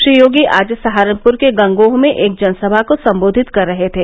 श्री योगी आज सहारनपुर के गंगोह में एक जनसभा को सम्बोधित कर रहे थे